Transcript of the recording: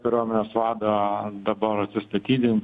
kariuomenės vadą dabar atsistatydint